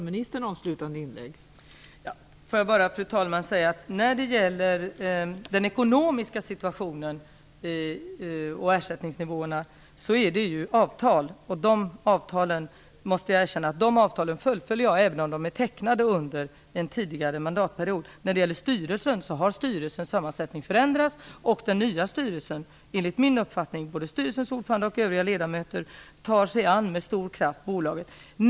Fru talman! Den ekonomiska situationen och ersättningsnivåerna bygger på avtal, och jag måste erkänna att jag fullföljer dessa även om de är tecknade under en tidigare mandatperiod. Styrelsens sammansättning har förändrats, och enligt min uppfattning borde ordföranden och övriga ledamöter i den nya styrelsen med stor kraft ta sig an bolagets frågor.